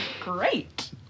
Great